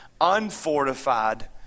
unfortified